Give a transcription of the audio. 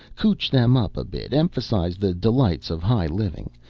cootch them up a bit, emphasize the delights of high living,